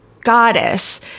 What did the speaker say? goddess